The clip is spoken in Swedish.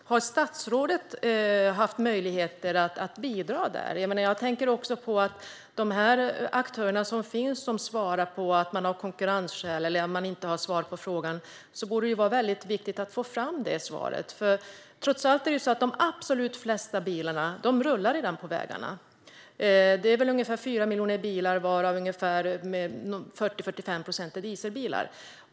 Har statsrådet haft möjlighet att bidra där? När det gäller de aktörer som uppger att de inte har svar på frågan eller inte vill svara på den av konkurrensskäl borde det vara viktigt att få fram det svaret. Trots allt rullar de flesta bilarna redan på vägarna. Det är väl ungefär 4 miljoner bilar, varav 40-45 procent är dieselbilar.